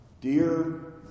dear